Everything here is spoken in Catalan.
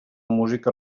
música